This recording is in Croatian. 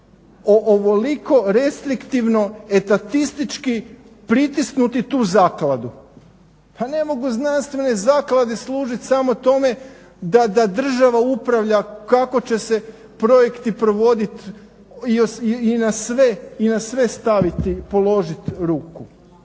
ovoliko restriktivno etatistički pritisnuti tu zakladu. Pa ne mogu znanstvene zaklade služit samo tome da država upravlja kako će se projekti provoditi i na sve staviti, položiti ruku.